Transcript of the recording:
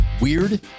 weird